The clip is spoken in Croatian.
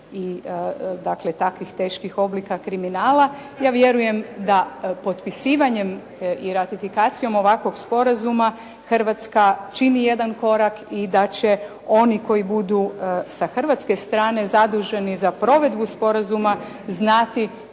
takvih teških oblika kriminala. Ja vjerujem da potpisivanjem i ratifikacijom ovakvog sporazuma Hrvatska čini jedan korak i da će oni koji budu sa hrvatske strane zaduženi za provedbu sporazuma znati